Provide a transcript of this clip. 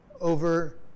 over